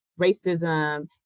racism